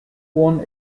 one